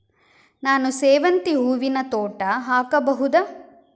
ನಾನು ಸೇವಂತಿ ಹೂವಿನ ತೋಟ ಹಾಕಬಹುದಾ?